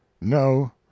No